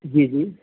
ਜੀ ਜੀ